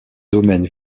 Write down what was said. domaine